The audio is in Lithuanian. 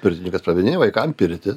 pirtininkas pravedinėja vaikam pirtį